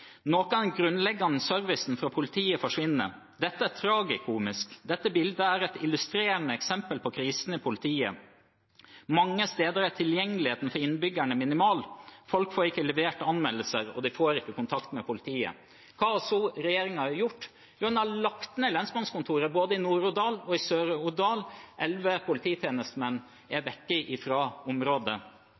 av den grunnleggende servicen fra politiet forsvinner. Dette er tragikomisk.» Og videre: «Dette bildet er et illustrerende eksempel på krisen i politiet. Mange steder er tilgjengeligheten for innbyggerne minimal. Folk får ikke levert anmeldelser og de får ikke kontakt med politiet.» Hva har så regjeringen gjort? Jo, den har lagt ned lensmannskontoret både i Nord-Odal og i Sør-Odal, elleve polititjenestemenn er